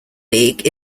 league